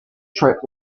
trip